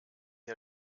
der